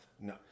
No